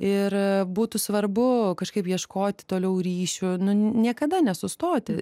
ir būtų svarbu kažkaip ieškoti toliau ryšių niekada nesustoti